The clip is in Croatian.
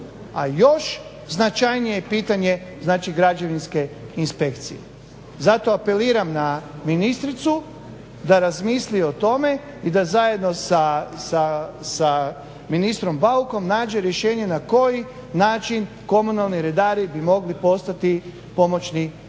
A još značajnije pitanje znači građevinske inspekcije. Zato apeliram na ministricu da razmisli o tome i da zajedno sa ministrom Baukom nađe rješenje na koji način komunalni redari bi mogli postati pomoćni građevinski